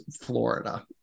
Florida